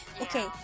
Okay